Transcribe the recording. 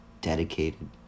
dedicated